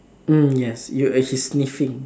mm yes you uh he's sniffing